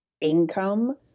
income